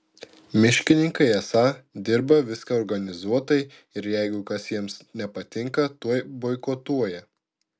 miškininkai esą dirba viską organizuotai ir jeigu kas jiems nepatinka tuoj boikotuoja